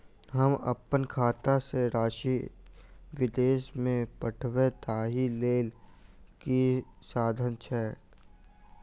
हम अप्पन खाता सँ राशि विदेश मे पठवै ताहि लेल की साधन छैक?